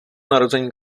narození